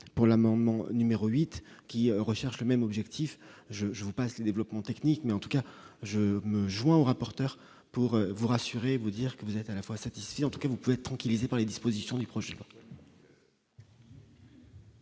pour l'amendement numéro 8 qui recherche le même objectif, je je vous passe les développements techniques, mais en tout cas je me joins aux rapporteur pour vous rassurer et vous dire que vous êtes à la fois ici, en tout cas vous pouvez tranquillisés par les dispositions du projet.